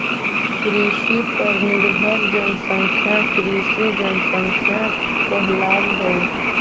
कृषि पर निर्भर जनसंख्या कृषि जनसंख्या कहलावऽ हई